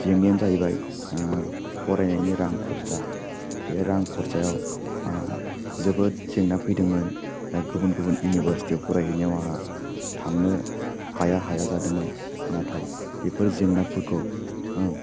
जेंनायानो जाहैबाय फरायनायनि रां खरसा बे रां खरसायाव आहा जोबोद जेंना फैदोंमोन दा गुबुन गुबुन इउनिभारसिटियाव फरायहैनायाव आहा थांनो हाया हाया जादोंमोन नाथाय बिफोर जेंनाफोरखौ